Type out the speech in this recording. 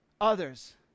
others